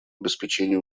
обеспечения